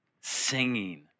singing